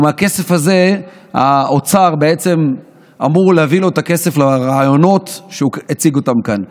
ומהכסף הזה האוצר בעצם אמור להביא לו את הכסף לרעיונות שהוא הציג כאן.